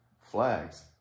flags